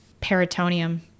peritoneum